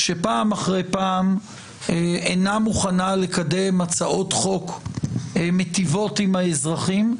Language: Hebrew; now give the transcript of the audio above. שפעם אחרי פעם אינה מוכנה לקדם הצעות חוק מיטיבות עם האזרחים,